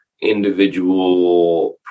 individual